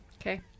Okay